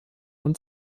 und